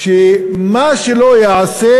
שמה שלא יעשה,